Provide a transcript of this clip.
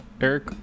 eric